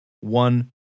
one